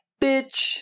Bitch